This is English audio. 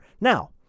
Now